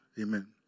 Amen